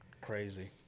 Crazy